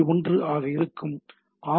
1 ஆக இருக்கும் ஆர்